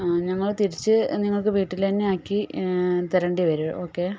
ഞങ്ങൾ തിരിച്ച് നിങ്ങൾക്ക് വീട്ടിൽ തന്നെ ആക്കി തരേണ്ടി വരും ഓക്കേ